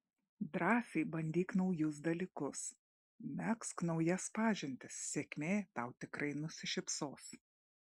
drąsiai bandyk naujus dalykus megzk naujas pažintis sėkmė tau tikrai nusišypsos